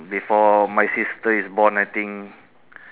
before my sister is born I think